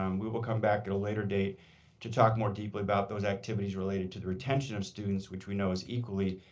um we will come back at a later date to talk more deeply about those activities related to the retention of students, which we know is equally,